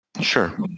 Sure